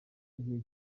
igihe